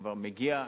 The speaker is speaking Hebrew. כבר מגיע,